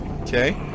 Okay